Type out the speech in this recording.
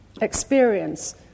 Experience